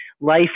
life